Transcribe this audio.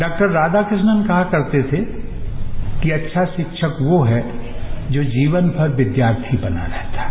डॉ राधाकृ ष्णन कहा करते थे कि अच्छा शिक्षक वो है जो जीवनभर विद्यार्थी बना रहता है